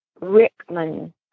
Rickman